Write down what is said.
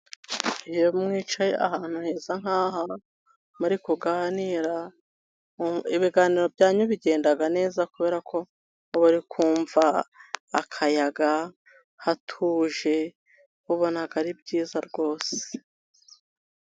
Iyo mwicaye ahantu heza nkaha, muri kuganira, ibiganiro byanyu bigenda neza kubera ko uba uri kumva akayaga, hatuje ubona ari byiza rwose.